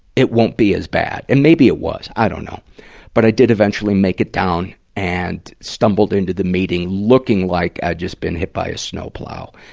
it won't be as bad. and maybe it was, i dunno. but i did eventually make it down and stumbled into the meeting, looking like i'd just been hit be a snowplow.